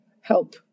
help